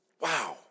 Wow